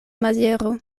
maziero